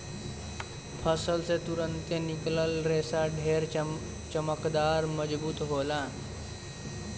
फसल से तुरंते निकलल रेशा ढेर चमकदार, मजबूत होला